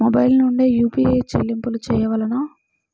Mobile నుండే UPI చెల్లింపులు చేయవలెనా?